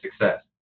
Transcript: success